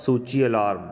ਸੂਚੀ ਅਲਾਰਮ